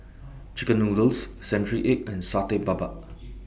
Chicken Noodles Century Egg and Satay Babat